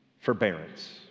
forbearance